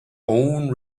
own